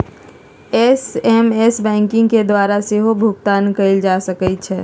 SMS banking के द्वारा सेहो भुगतान कएल जा सकै छै